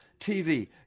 TV